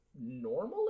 normally